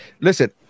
listen